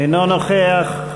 אינו נוכח,